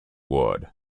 wood